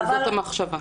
זאת המחשבה.